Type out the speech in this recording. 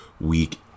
week